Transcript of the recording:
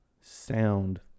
sound